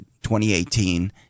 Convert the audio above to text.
2018